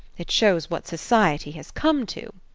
it shows what society has come to.